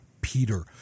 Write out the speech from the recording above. Peter